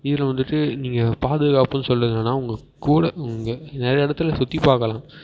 இதில் வந்துட்டு நீங்கள் பாதுகாப்பு சொல்லுங்கன்னால் உங்கள் கூட இங்கே நிறைய இடத்துல சுற்றி பார்க்கலாம்